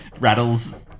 rattles